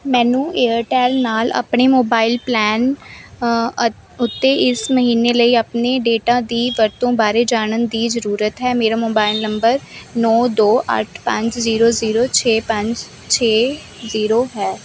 ਮੈਨੂੰ ਏਅਰਟੈੱਲ ਨਾਲ ਆਪਣੇ ਮੋਬਾਈਲ ਪਲਾਨ ਅ ਉੱਤੇ ਇਸ ਮਹੀਨੇ ਲਈ ਆਪਣੇ ਡੇਟਾ ਦੀ ਵਰਤੋਂ ਬਾਰੇ ਜਾਣਨ ਦੀ ਜ਼ਰੂਰਤ ਹੈ ਮੇਰਾ ਮੋਬਾਈਲ ਨੰਬਰ ਨੌ ਦੋ ਅੱਠ ਪੰਜ ਜ਼ੀਰੋ ਜ਼ੀਰੋ ਛੇ ਪੰਜ ਛੇ ਜ਼ੀਰੋ ਹੈ